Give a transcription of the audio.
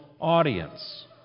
audience